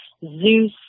Zeus